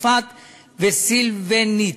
פוספט וסילבניט,